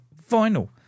vinyl